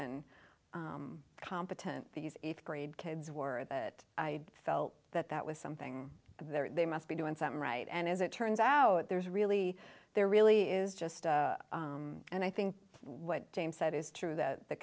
and competent these eighth grade kids were that i felt that that was something they must be doing something right and as it turns out there's really there really is just and i think what james said is true that the